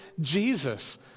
Jesus